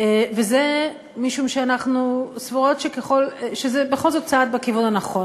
וזה משום שאנחנו סבורות שזה בכל זאת צעד בכיוון הנכון.